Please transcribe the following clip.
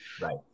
Right